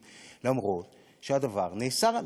בחוטים, אף-על-פי שהדבר נאסר עליו.